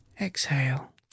exhale